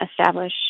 establish